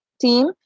team